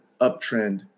uptrend